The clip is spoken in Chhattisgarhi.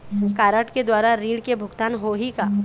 कारड के द्वारा ऋण के भुगतान होही का?